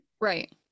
Right